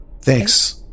Thanks